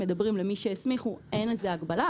מדברים על כך שלמי שהסמיכו אין איזו הגבלה.